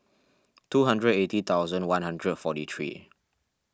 two hundred and eighty thousand one hundred and forty three